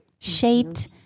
shaped